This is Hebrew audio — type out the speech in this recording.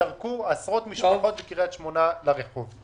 שייזרקו עשרות משפחות בקריית שמונה לרחוב .